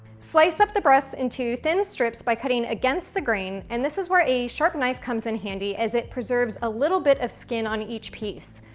slice up the breast into thin strips by cutting against the grain. and this is where a sharp knife comes in handy, as it preserves a little bit of skin on each piece.